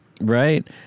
Right